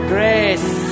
Grace